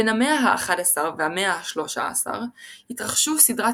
בין המאה ה-11 והמאה ה-13 התרחשו סדרת